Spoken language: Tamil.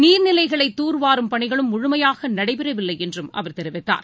நீர்நிலைகளைதூர்வாரும் பணிகளும் முழுமையாகநடைபெறவில்லைஎன்றும் அவர் தெரிவித்தார்